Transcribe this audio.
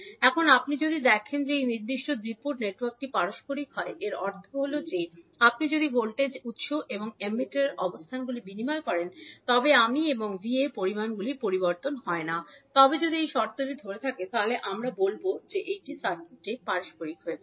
এখন আপনি যদি দেখেন যে এই নির্দিষ্ট দ্বি পোর্ট নেটওয়ার্কটি পারস্পরিক হয় এর অর্থ হল যে আপনি যদি ভোল্টেজ উত্স এবং ইমিটারের অবস্থানগুলি বিনিময় করেন তবে আমি এবং V এর পরিমাণগুলি যদি পরিবর্তন হয় না তবে যদি এই শর্তটি ধরে থাকে তবে আমরা করব বলে যে সার্কিট পারস্পরিক হয়